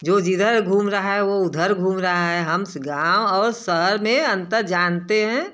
जो जिधर घूम रहा है वह उधर घूम रहा है हम गाँव और शहर मे अंतर जानते हैं